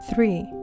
Three